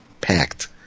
packed